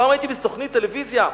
פעם הייתי בתוכנית טלוויזיה.